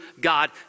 God